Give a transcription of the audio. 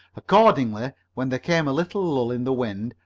accordingly, when there came a little lull in the wind,